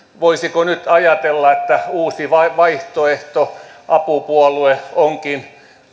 voisiko nyt ajatella että uusi vaihtoehto apupuolue onkin